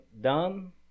done